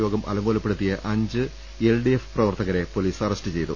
യോഗം അലങ്കോലപ്പെടുത്തിയ അഞ്ച് എൽഡിഎഫ് പ്രവർത്ത കരെ പോലീസ് അറസ്റ്റ് ചെയ്തു